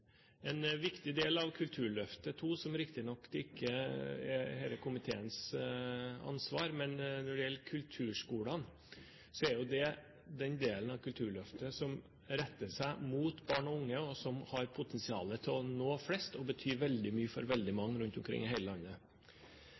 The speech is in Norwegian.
En viktig del av Kulturløftet II, som riktignok ikke er denne komiteens ansvar, gjelder kulturskolene. Det er den delen av Kulturløftet som retter seg mot barn og unge, som har potensial til å nå flest, og som betyr veldig mye for veldig mange rundt omkring i hele landet.